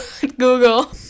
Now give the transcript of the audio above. google